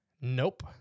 Nope